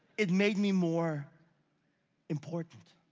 it made me more important.